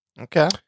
Okay